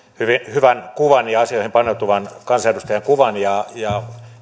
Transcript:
hyvin hyvän kuvan ja asioihin paneutuvan kansanedustajan kuvan ja ja